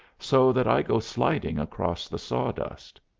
so that i go sliding across the sawdust.